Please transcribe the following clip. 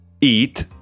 eat